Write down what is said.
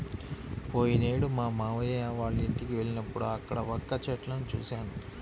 పోయినేడు మా మావయ్య వాళ్ళింటికి వెళ్ళినప్పుడు అక్కడ వక్క చెట్లను చూశాను